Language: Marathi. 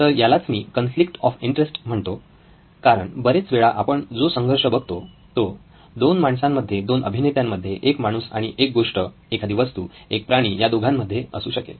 तर यालाच मी कॉन्फ्लिक्ट ऑफ इंटरेस्ट म्हणतो कारण बरेच वेळा आपण जो संघर्ष बघतो तो दोन माणसांमध्ये दोन अभिनेत्यांमध्ये एक माणूस आणि एक गोष्ट एक वस्तू एक प्राणी या दोघांमध्ये असू शकेल